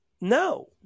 No